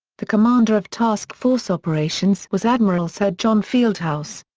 the commander of task force operations was admiral sir john fieldhouse.